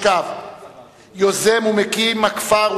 יוזם ומקים הכפר,